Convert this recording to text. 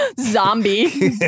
Zombie